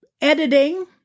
Editing